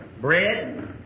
bread